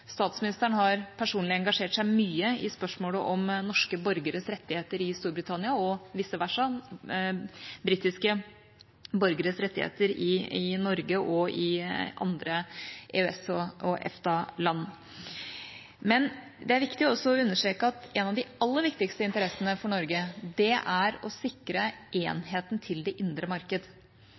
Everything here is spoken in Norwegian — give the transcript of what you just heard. Statsministeren har personlig engasjert seg mye i spørsmålet om norske borgeres rettigheter i Storbritannia og vice versa britiske borgeres rettigheter i Norge og i andre EØS- og EFTA-land. Men det er viktig også å understreke at en av de aller viktigste interessene for Norge er å sikre enheten til det indre marked.